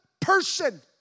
person